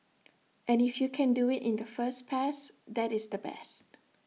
and if you can do IT in the first pass that is the best